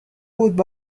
بود